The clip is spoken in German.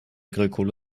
grillkohle